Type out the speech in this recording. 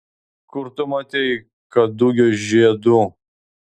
kur tu matei kadugio žiedų